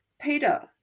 Peter